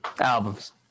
Albums